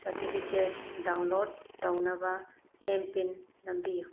certificate download ꯇꯧꯅꯕ M PIN ꯅꯝꯕꯤꯌꯨ